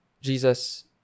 Jesus